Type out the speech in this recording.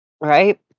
Right